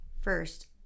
first